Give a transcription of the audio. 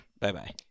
Bye-bye